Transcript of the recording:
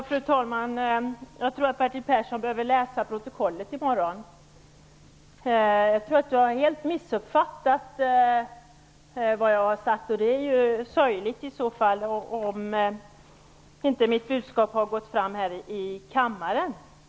Fru talman! Jag tror att Bertil Persson behöver läsa protokollet i morgon. Jag tror att Bertil Persson helt har missuppfattat vad jag har sagt. Det är ju sorgligt om inte mitt budskap har gått fram här i kammaren.